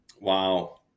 Wow